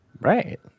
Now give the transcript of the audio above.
right